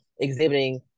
exhibiting